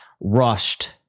rushed